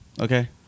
okay